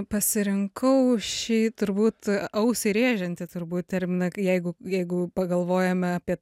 pasirinkau šį turbūt ausį rėžiantį turbūt terminą jeigu jeigu pagalvojame apie